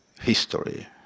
history